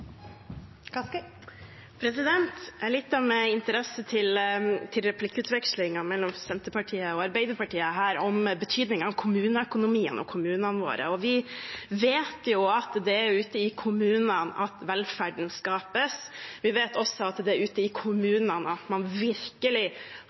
Jeg lyttet med interesse til replikkvekslingen mellom Senterpartiet og Arbeiderpartiet om betydningen av kommuneøkonomien og kommunene våre. Vi vet jo at det er ute i kommunene velferden skapes. Vi vet også at det er ute i